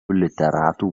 literatų